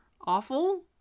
awful